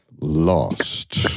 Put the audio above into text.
lost